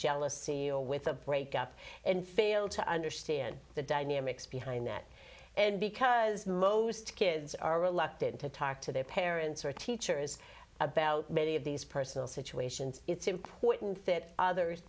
jealousy or with a break up and fail to understand the dynamics behind that and because most kids are reluctant to talk to their parents or teachers about many of these personal situations it's important that other